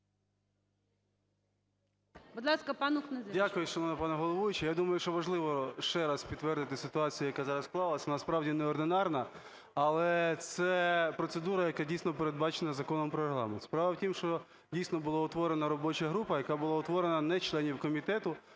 Дякую, шановна пані головуюча.